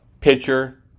pitcher